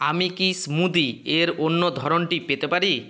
আমি কি স্মুদি এর অন্য ধরনটি পেতে পারি